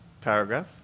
paragraph